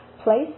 Place